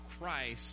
Christ